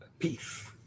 Peace